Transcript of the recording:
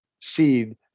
seed